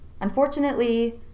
Unfortunately